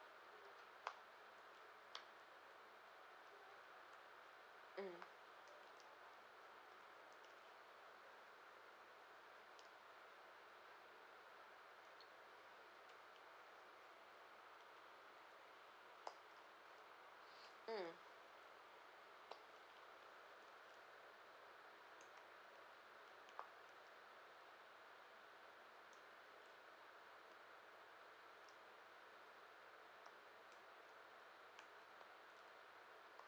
mm mm